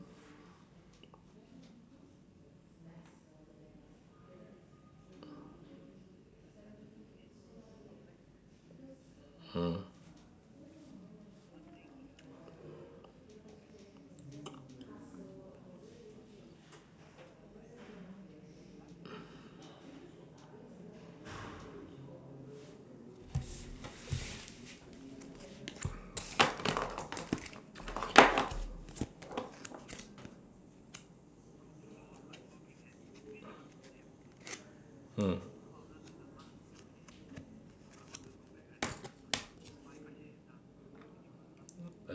mm